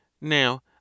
Now